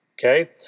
Okay